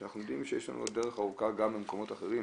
אבל אנחנו יודעים שיש לנו עוד דרך ארוכה גם במקומות אחרים.